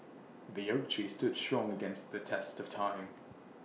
the oak tree stood strong against the test of time